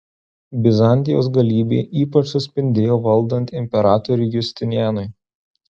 bizantijos galybė ypač suspindėjo valdant imperatoriui justinianui